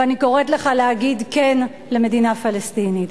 ואני קוראת לך להגיד כן למדינה פלסטינית.